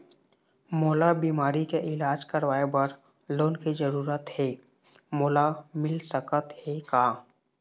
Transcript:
मोला बीमारी के इलाज करवाए बर लोन के जरूरत हे मोला मिल सकत हे का?